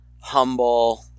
humble